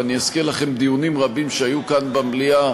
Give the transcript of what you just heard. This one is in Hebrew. ואני אזכיר לכם דיונים רבים שהיו כאן במליאה